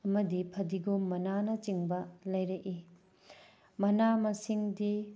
ꯑꯃꯗꯤ ꯐꯗꯤꯒꯣꯝ ꯃꯅꯥꯅ ꯆꯤꯡꯕ ꯂꯩꯔꯛꯏ ꯃꯅꯥ ꯃꯁꯤꯡꯗꯤ